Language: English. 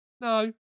No